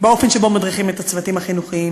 באופן שבו מדריכים את הצוותים החינוכיים